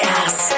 ass